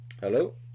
Hello